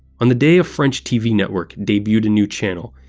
on the day a french tv network debuted a new channel,